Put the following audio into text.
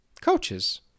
coaches